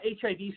HIV